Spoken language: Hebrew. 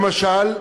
למשל,